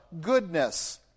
goodness